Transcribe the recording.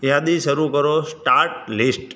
યાદી શરુ કરો સ્ટાર્ટ લિસ્ટ